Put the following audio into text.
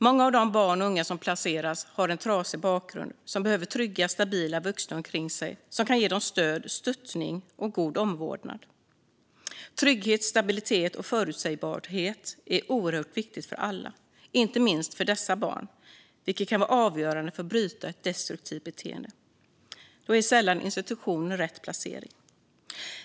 Många av de barn och unga som placeras har en trasig bakgrund och behöver trygga, stabila vuxna omkring sig som kan ge dem stöd och god omvårdnad. Trygghet, stabilitet och förutsägbarhet är oerhört viktigt för alla, inte minst för dessa barn, och kan vara avgörande för att bryta ett destruktivt beteende. Då är sällan en institution rätt placering.